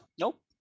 Nope